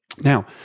Now